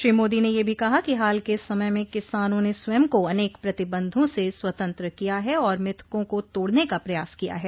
श्री मोदी ने यह भी कहा कि हाल के समय में किसानों ने स्वयं को अनेक प्रतिबंधों से स्वतंत्र किया है और मिथकों को तोड़ने का प्रयास किया है